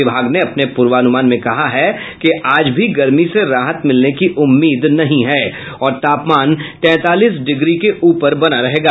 विभाग ने अपने पूर्वानुमान में कहा है कि आज भी गर्मी से राहत मिलने की उम्मीद नहीं है और तापमान तैंतालीस डिग्री के उपर बना रहेगा